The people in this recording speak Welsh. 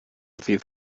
ddydd